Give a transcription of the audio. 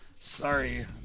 sorry